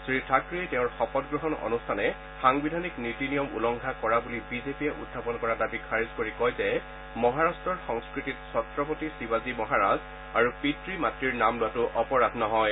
শ্ৰী থাকৰেই তেওঁৰ শপত গ্ৰহণ অনুষ্ঠানে সাংবিধানিক নীতি নিয়ম উলংঘা কৰা বুলি বিজেপিয়ে উখাপন কৰা দাবী খাৰিজ কৰি কয় যে মহাৰাট্টৰ সংস্কৃতিত ছত্ৰপতি শিৱাজী মহাৰাজ আৰু পিতৃ মাত়ৰ নাম লোৱাটো অপৰাধ নহয়